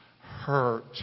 Hurt